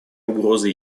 угрозы